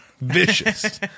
Vicious